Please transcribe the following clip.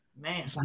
Man